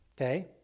okay